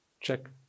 check